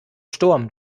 sturm